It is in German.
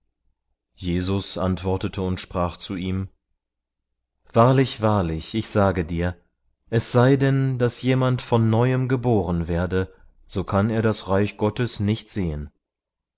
jesus antwortete und sprach zu ihm wahrlich wahrlich ich sage dir es sei denn daß jemand von neuem geboren werde so kann er das reich gottes nicht sehen